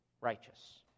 righteous